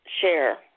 share